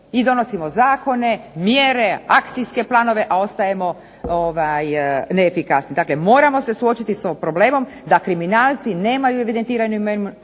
Mi donosimo zakone, mjere, akcijske planove, a ostajemo neefikasni. Dakle moramo se suočiti sa problemom da kriminalci nemaju evidentiranu